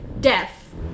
death